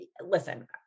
listen